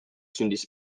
sündis